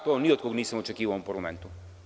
To ni od koga nisam očekivao u ovom parlamentu.